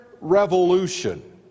revolution